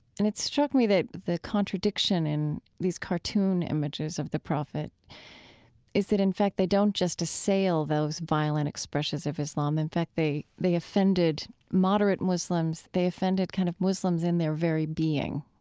and it struck me that the contradiction in these cartoon images of the prophet is that, in fact, that they don't just assail those violent expressions of islam, in fact, they they offended moderate muslims, they offended kind of muslims in their very being,